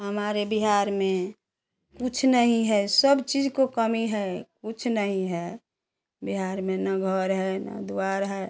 हमारे बिहार में कुछ नहीं है सब चीज की कमी है कुछ नहीं है बिहार में ना घर है ना द्वार है